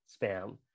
spam